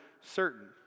certain